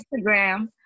Instagram